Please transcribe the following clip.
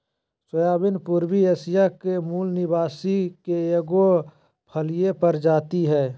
soybean पूर्वी Asia के मूल निवासी के एगो फलिय प्रजाति हइ